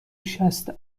شصت